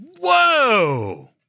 whoa